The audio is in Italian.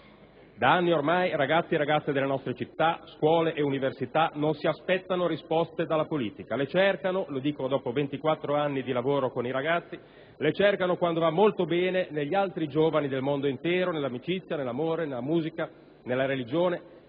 Da anni ormai ragazzi e ragazze delle nostre città, scuole e università non si aspettano risposte dalla politica. Le cercano (lo dico dopo 24 anni di lavoro con i ragazzi) quando va molto bene, negli altri giovani del mondo intero, nell'amicizia, nell'amore, nella musica, nella religione